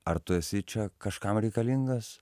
ar tu esi čia kažkam reikalingas